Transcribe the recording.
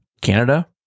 Canada